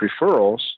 referrals